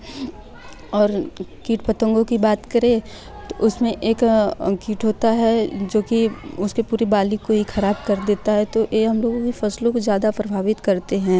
और कीट पतंगों की बात करें तो उसमें एक कीट होता है जो कि उसकी पूरी बाली को ही खराब कर देता है तो यह हम लोग भी फसलों को ज़्यादा प्रभावित करते हैं